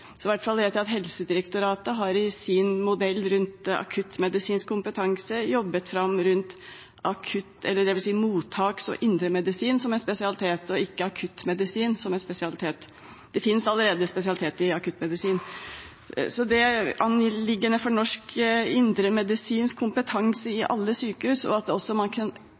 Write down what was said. at Helsedirektoratet i sin modell for akuttmedisinsk kompetanse har jobbet fram mottaks- og indremedisin som en spesialitet og ikke akuttmedisin som en spesialitet. Det finnes allerede spesialitet i akuttmedisin. Anliggende er indremedisinsk kompetanse i alle norske sykehus og at man også kan